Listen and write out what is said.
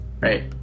right